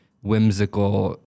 whimsical